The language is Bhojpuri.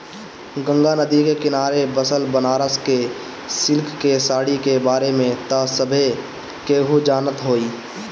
गंगा नदी के किनारे बसल बनारस के सिल्क के साड़ी के बारे में त सभे केहू जानत होई